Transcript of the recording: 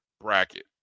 Bracket